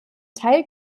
teil